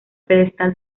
pedestal